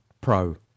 Pro